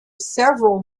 several